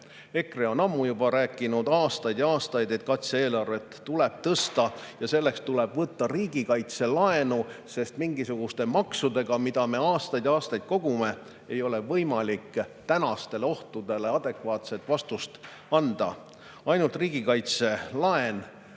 EKRE on ammu juba rääkinud, aastaid ja aastaid, et kaitse-eelarvet tuleb [suurendada] ja selleks tuleb võtta riigikaitselaenu, sest mingisuguste maksudega, mida me aastaid ja aastaid kogume, ei ole võimalik nendele ohtudele adekvaatset vastust anda. Ainult riigikaitselaen